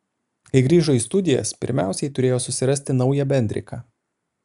kai grįžo į studijas pirmiausiai turėjo susirasti naują bendriką